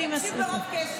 אני אקשיב ברוב קשב.